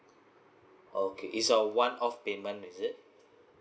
okay is a one off payment is it